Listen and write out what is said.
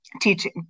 Teaching